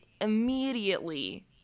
immediately